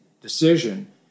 decision